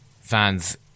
fans